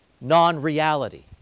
non-reality